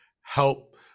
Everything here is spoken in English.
help